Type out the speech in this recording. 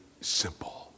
simple